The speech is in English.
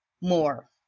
more